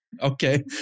Okay